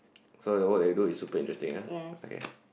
so that work they do is super interesting ah okay